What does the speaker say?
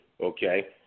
Okay